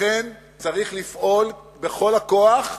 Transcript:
לכן צריך לפעול בכל הכוח,